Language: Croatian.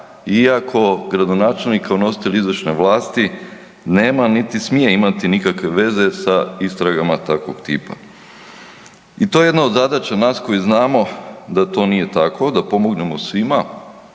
iako gradonačelnik kao nositelj izvršne vlasti nema niti smije imati nikakve veze sa istragama takvog tipa. I to je jedna od zadaća nas koji znamo da to nije tako, da pomognemo svima,